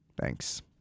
Thanks